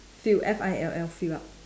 fill F I L L fill up